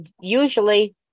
usually